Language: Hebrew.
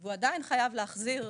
והוא עדיין חייב להחזיר